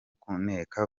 kuneka